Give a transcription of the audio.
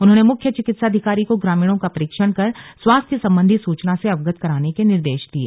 उन्होंने मुख्य चिकित्साधिकारी को ग्रामीणों का परीक्षण कर स्वास्थ्य संबंधी सूचना से अवगत कराने के निर्देश दिये